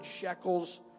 shekels